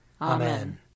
Amen